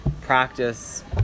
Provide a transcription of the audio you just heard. practice